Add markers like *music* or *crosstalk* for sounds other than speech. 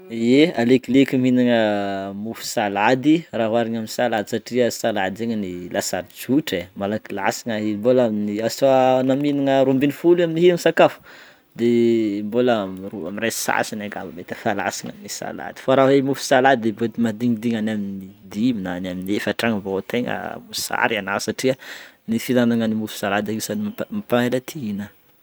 Ye, alekoleko mihinagna mofo salady raha oharina amin'ny salady satria salady zegny anie lasary tsotra e malaky lasagna i mbôla amin'ny *hesitation* soit anao mihinagna roambinifolo amin'io misakafo de mbôla amin'ny roa amin'ray sasany akany mety efa lasagna ny salady fa raha hoe mofo salady mety madignidigny amin'ny dimy na amin'ny efatra agny vao tegna mosary anao satria ny fihinanagna ny mofo salady agnisan'ny mamp- mampaela ti-hina.